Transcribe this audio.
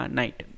night